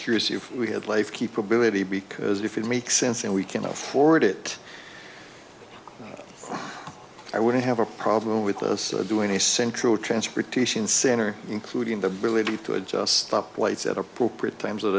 curious if we had life keep ability because if it makes sense and we can afford it i wouldn't have a problem with us doing a central transportation center including the believe you to adjust the lights at appropriate times of